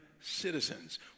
citizens